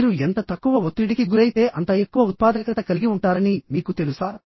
మీరు ఎంత తక్కువ ఒత్తిడికి గురైతే అంత ఎక్కువ ఉత్పాదకత కలిగి ఉంటారని మీకు తెలుసా